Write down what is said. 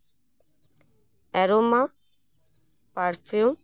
ᱮᱨᱳᱢᱟ perfume